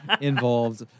involved